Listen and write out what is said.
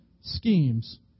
schemes